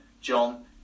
John